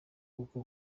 kuko